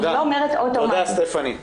אני לא אומרת אוטומטי --- תודה, סטפני.